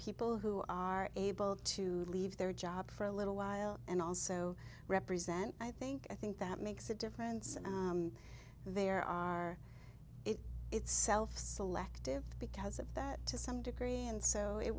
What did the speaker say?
people who are able to leave their job for a little while and also represent i think i think that makes a difference there are itself selective because of that to some degree and so it